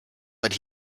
but